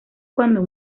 cuando